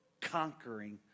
conquering